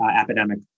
epidemic